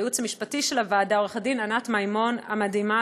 לייעוץ המשפטי של הוועדה עורכת-דין ענת מימון המדהימה,